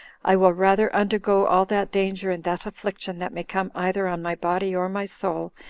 i will rather undergo all that danger and that affliction that may come either on my body or my soul,